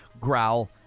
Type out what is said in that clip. Growl